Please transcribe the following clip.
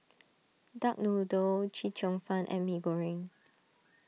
Duck Noodle Chee Cheong Fun and Mee Goreng